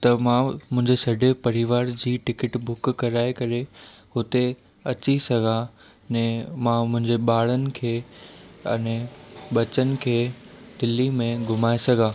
त मां मुंहिंजे सॼे परिवार जी टिकिट बुक कराए करे हुते अची सघां ने मां मुंहिंजे ॿारनि खे अने ॿचनि खे दिल्ली में घुमाए सघां